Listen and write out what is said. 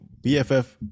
bff